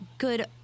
good